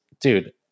dude